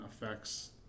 affects